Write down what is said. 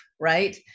Right